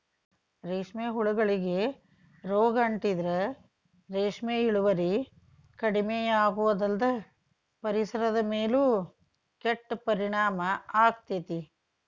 ರೇಷ್ಮೆ ಹುಳಗಳಿಗೆ ರೋಗ ಅಂಟಿದ್ರ ರೇಷ್ಮೆ ಇಳುವರಿ ಕಡಿಮಿಯಾಗೋದಲ್ದ ಪರಿಸರದ ಮೇಲೂ ಕೆಟ್ಟ ಪರಿಣಾಮ ಆಗ್ತೇತಿ